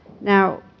Now